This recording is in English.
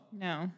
No